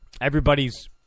Everybody's